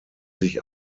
sich